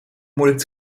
moeilijk